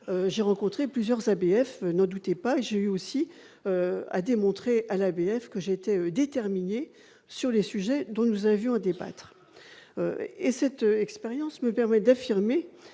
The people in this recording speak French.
j'ai rencontré plusieurs ABF, n'en doutez pas, et j'ai dû montrer que j'étais déterminée sur les sujets dont nous avions à débattre. Cette expérience me permet d'affirmer